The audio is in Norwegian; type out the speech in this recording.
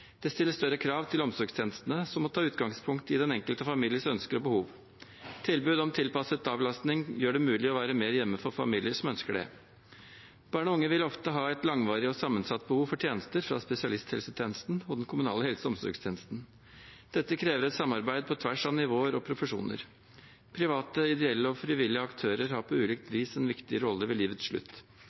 Det stiller større krav til omsorgstjenestene, som må ta utgangspunkt i den enkelte families ønsker og behov. Tilbud om tilpasset avlastning gjør det mulig å være mer hjemme for familier som ønsker det. Barn og unge vil ofte ha et langvarig og sammensatt behov for tjenester fra spesialisthelsetjenesten og den kommunale helse- og omsorgstjenesten. Dette krever et samarbeid på tvers av nivåer og profesjoner. Private, ideelle og frivillige aktører har på ulikt vis en viktig rolle ved livets slutt.